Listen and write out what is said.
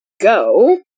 go